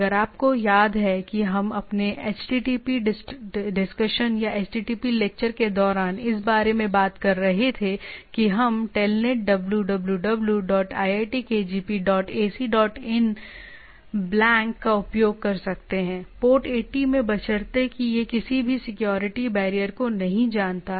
अगर आपको याद है कि हम अपने HTTP डिस्कशन या HTTP लेक्चर के दौरान इस बारे में बात कर रहे थे कि हम Telnet www dot iitkgp dot ac dot in blank का उपयोग कर सकते हैंपोर्ट 80 में बशर्ते कि यह किसी भी सिक्योरिटी बैरियर को नहीं जानता